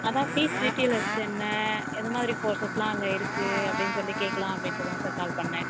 அதான் fees detail first என்ன எதுமாதிரி கோர்ஸ்சஸ் எல்லாம் அங்கே இருக்கு அப்படின்னு சொல்லி கேட்கலாம் அப்படின்ட்டு தான் சார் கால் பண்ணேன்